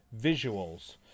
visuals